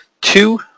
two